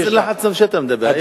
איזה לחץ נפשי אתה מדבר?